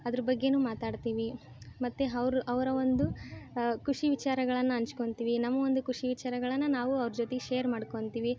ಅದ್ರ ಬಗ್ಗೆಯೂ ಮಾತಾಡ್ತೀವಿ ಮತ್ತೆ ಅವ್ರು ಅವರ ಒಂದು ಖುಷಿ ವಿಚಾರಗಳನ್ನು ಹಂಚ್ಕೊಳ್ತೀವಿ ನಮ್ಗೊಂದು ಖುಷಿ ವಿಚಾರಗಳನ್ನು ನಾವು ಅವ್ರ ಜೊತೆ ಶೇರ್ ಮಾಡ್ಕೊಳ್ತೀವಿ